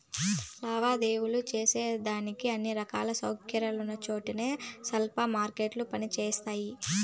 లావాదేవీలు సేసేదానికి అన్ని రకాల సౌకర్యాలున్నచోట్నే స్పాట్ మార్కెట్లు పని జేస్తయి